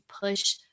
push